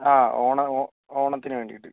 ആ ഓണം ഓണത്തിനു വേണ്ടീട്ട്